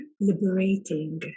liberating